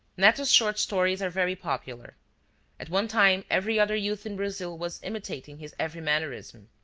netto's short stories are very popular at one time every other youth in brazil was imitating his every mannerism.